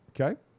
Okay